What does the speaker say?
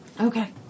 Okay